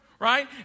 right